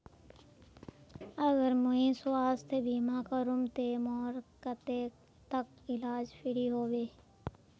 अगर मुई स्वास्थ्य बीमा करूम ते मोर कतेक तक इलाज फ्री होबे?